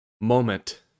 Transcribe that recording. moment